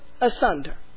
asunder